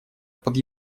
под